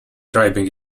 driving